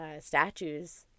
statues